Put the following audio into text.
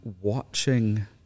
watching